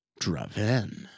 Draven